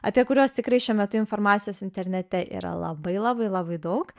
apie kuriuos tikrai šiuo metu informacijos internete yra labai labai labai daug